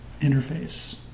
interface